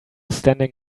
standing